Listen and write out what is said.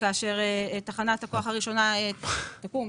כאשר תחנת הכוח הראשונה תקום.